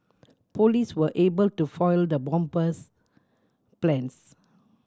police were able to foil the bomber's plans